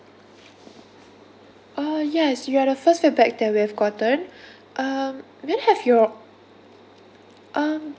uh yes you are the first feedback that we have gotten um may I have your um